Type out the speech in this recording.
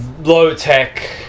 low-tech